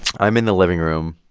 i'm in the living room.